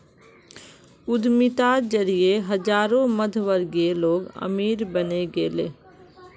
उद्यमिता जरिए हजारों मध्यमवर्गीय लोग अमीर बने गेले